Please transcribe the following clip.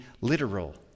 literal